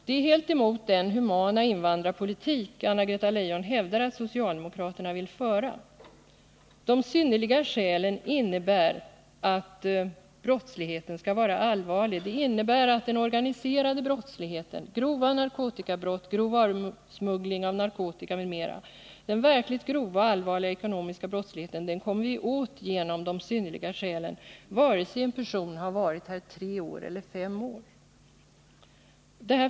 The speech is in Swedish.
Det är helt emot den humana invandrarpolitik som Anna-Greta Leijon hävdar att socialdemokraterna vill föra. De synnerliga skälen innebär att brottsligheten skall vara allvarlig. Det innebär att den organiserade brottsligheten, grova narkotikabrott och grov varusmuggling av narkotika m.m., den verkligt grova och allvarliga ekonomis a brottsligheten, kommer vi åt genom de synnerliga skälen vare sig en person har varit här tre år eller fem år.